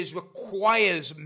requires